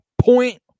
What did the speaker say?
point